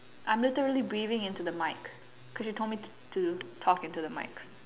I am literally breathing into the mic cause you told me to to talk into the mic